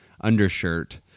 undershirt